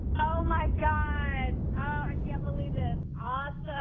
oh my god! oh, i can't believe it! ah